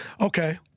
Okay